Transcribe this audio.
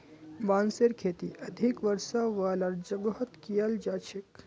बांसेर खेती अधिक वर्षा वालार जगहत कियाल जा छेक